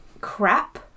crap